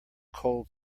cold